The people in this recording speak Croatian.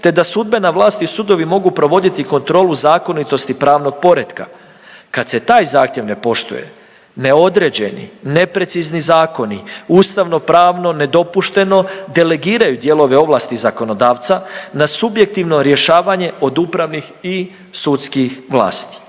te da sudbena vlast i sudovi mogu provoditi kontrolu zakonitosti pravnog poretka. Kad se taj zahtjev ne poštuje neodređeni, neprecizni zakoni, ustavnopravno nedopušteno delegiraju dijelove ovlasti zakonodavca na subjektivno rješavanje od upravnih i sudskih vlasti.